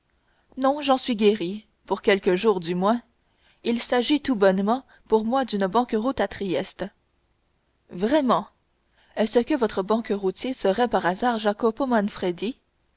non j'en suis guéri pour quelques jours du moins il s'agit tout bonnement pour moi d'une banqueroute à trieste vraiment est-ce que votre banqueroutier serait par hasard